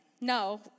No